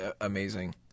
amazing